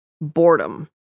boredom